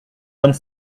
vingt